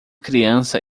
criança